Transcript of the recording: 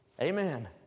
Amen